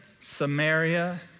Samaria